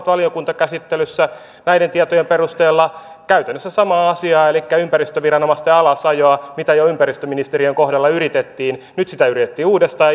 valiokuntakäsittelyssä näiden tietojen perusteella käytännössä samaa asiaa elikkä ympäristöviranomaisten alasajoa mitä jo ympäristöministeriön kohdalla yritettiin nyt sitä yritettiin uudestaan